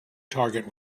target